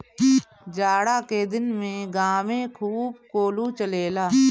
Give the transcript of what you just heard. जाड़ा के दिन में गांवे खूब कोल्हू चलेला